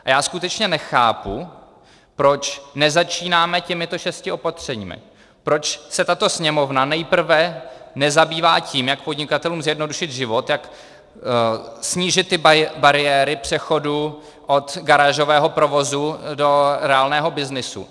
A já skutečně nechápu, proč nezačínáme těmito šesti opatřeními, proč se tato Sněmovna nejprve nezabývá tím, jak podnikatelům zjednodušit život, jak snížit ty bariéry přechodu od garážového provozu do reálného byznysu.